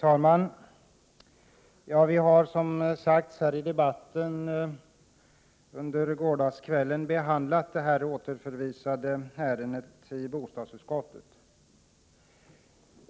Herr talman! Som sagts i debatten behandlades under gårdagskvällen det återförvisade ärendet av bostadsutskottet.